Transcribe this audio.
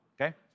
okay